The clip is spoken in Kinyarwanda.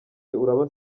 uraba